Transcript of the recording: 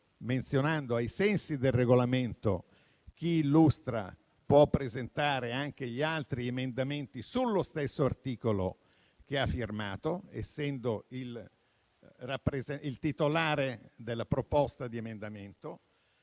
emendamento; ai sensi del Regolamento, chi illustra può presentare anche gli altri emendamenti sullo stesso articolo che ha firmato, essendo titolare della proposta di emendamento.